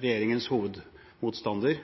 regjeringens hovedmotstander,